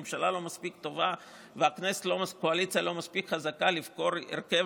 הממשלה לא מספיק טובה והקואליציה לא מספיק חזקה לבחור הרכב